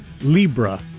Libra